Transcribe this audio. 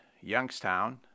Youngstown